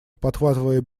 подхватывая